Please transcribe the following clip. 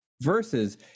Versus